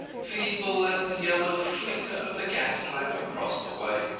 feeble as the yellow flicker of the gas-lamp across the way.